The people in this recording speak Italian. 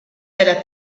della